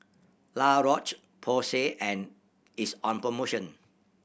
La Roche Porsay and is on promotion